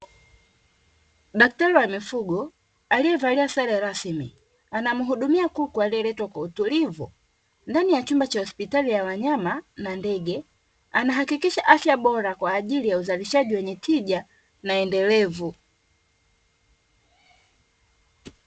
Daktari wa mifugo aliyevalia sare rasmi, anamhudumia kuku aliyeletwa kwa utulivu ndani ya chumba cha hospitali ya wanyama na ndege, anahakikisha afya bora kwa ajili ya uzalishaji wenye tija na endelevu.